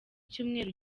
cyumweru